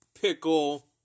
Pickle